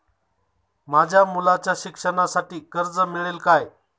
माझ्या मुलाच्या शिक्षणासाठी कर्ज मिळेल काय?